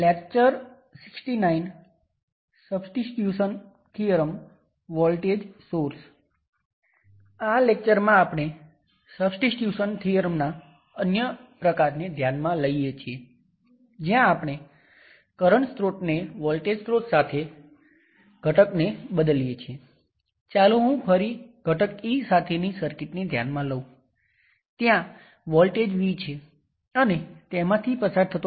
ચાલો આપણે એકદમ સિમ્પલ સર્કિટ લઈએ અને આપણે આ ફોર્મમાં નોર્ટન કરંટ સોર્સ ના કરંટ માં રિઝલ્ટ મળે છે અને તે શોર્ટ સર્કિટમાંથી પસાર થાય છે